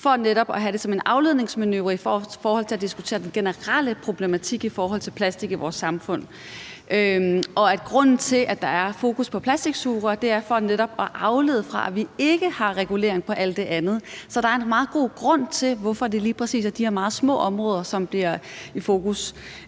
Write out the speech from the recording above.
og netop have det som en afledningsmanøvre i forhold til at diskutere den generelle problematik i forhold til plastik i vores samfund, og at grunden til, at der er fokus på plastiksugerør, netop er at aflede fra, at vi ikke har regulering af alt det andet? Så der er en meget god grund til, hvorfor det lige præcis er de her meget små områder, som kommer i fokus.